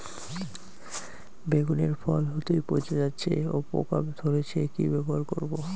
বেগুনের ফল হতেই পচে যাচ্ছে ও পোকা ধরছে কি ব্যবহার করব?